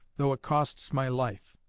though it costs my life.